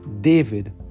David